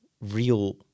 real